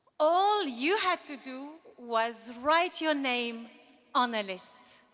all you had to do was write your name on a list.